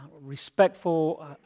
respectful